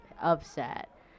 upset